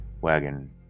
wagon